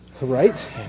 Right